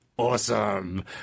Awesome